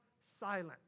silent